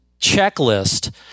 checklist